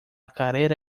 carrera